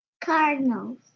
Cardinals